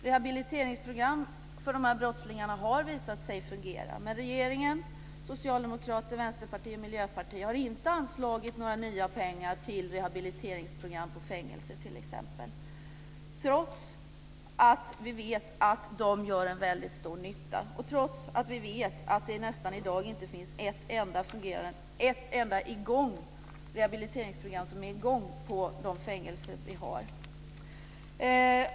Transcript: Rehabiliteringsprogram för de här brottslingarna har visat sig fungera. Men regeringen - har inte anslagit några nya medel till rehabiliteringsprogram på t.ex. fängelser. Ändå vet vi att de gör en väldigt stor nytta. Vi vet att det i dag nästan inte finns ett enda rehabiliteringsprogram som är i gång på de fängelser vi har.